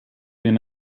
been